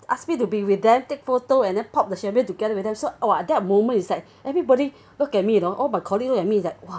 ask me to be with them take photo and then pop the champagne together with them so !wah! at that moment is like everybody look at me you know all my colleague look at me it's like !wah!